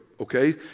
Okay